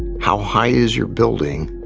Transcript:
how high is your building?